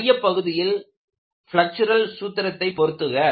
மையப் பகுதியில் பிலெக்சுரல் சூத்திரத்தை பொருத்துக